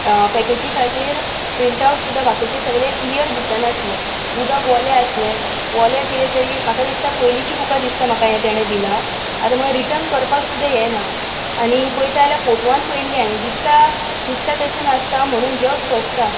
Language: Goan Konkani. पॅकेजी खातीर प्रिंटआवट सुद्दां बाकीचें सगळें क्लिअर दिसनासलें उदक वलें आसलें वलें कितें तरी म्हाका दिसता पयलींचीं बुकां दिसता म्हाका हें तांणे दिलां आतां म्हाका रिटन करपाक सुद्दां हें ना आनी पयताल्यार फोटवान पळयल्लें हांवें दिसता दिसता तशें नासता म्हणून जग फसता